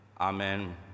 Amen